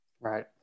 Right